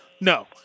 No